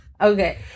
Okay